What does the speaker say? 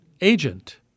agent